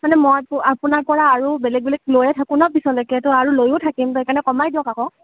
মানে মই আপোনাৰ পৰা আৰু বেলেগ বেলেগ লৈয়ে থাকোঁ ন পিছলৈকে তো আৰু লৈয়ো থাকিম সেইকাৰণে কমাই দিয়ক আকৌ